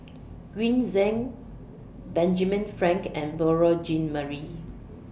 Green Zeng Benjamin Frank and Beurel Jean Marie